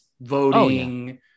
voting